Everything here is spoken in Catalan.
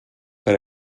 per